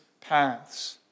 paths